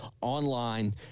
online